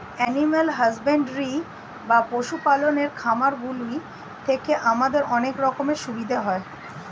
animal husbandry বা পশু পালনের খামারগুলি থেকে আমাদের অনেক রকমের সুবিধা হয়